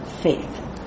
faith